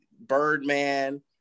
Birdman